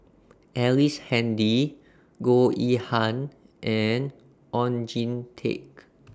Ellice Handy Goh Yihan and Oon Jin Teik